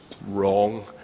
wrong